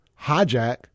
hijack